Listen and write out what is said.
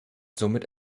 somit